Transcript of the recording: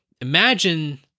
Imagine